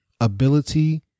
ability